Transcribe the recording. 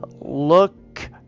look